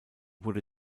wurde